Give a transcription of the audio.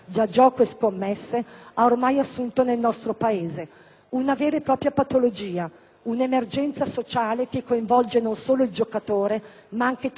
una vera e propria patologia, un'emergenza sociale che coinvolge non solo il giocatore ma anche tutta la sua famiglia e, in particolare, i soggetti più deboli.